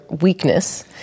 weakness